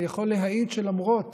ואני יכול להעיד שלמרות